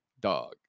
dog